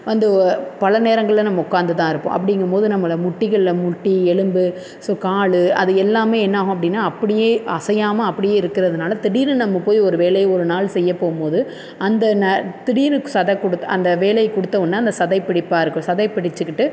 வந்து பல நேரங்களில் நம்ம உக்கார்ந்து தான் இருப்போம் அப்படிங்கும் போது நம்மளை முட்டிகளில் முட்டி எலும்பு ஸோ கால் அது எல்லாமே என்னாகும் அப்படின்னா அப்படியே அசையாமல் அப்படியே இருக்கிறதுனால திடீர்னு நம்ம போய் ஒரு வேலையை ஒரு நாள் செய்ய போகும் போது அந்த ந திடீர்னு சதை குடுத் அந்த வேலை கொடுத்த ஒன்றே அந்த சதை பிடிப்பாக இருக்கும் சதை பிடிச்சுக்கிட்டு